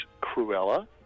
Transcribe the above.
Cruella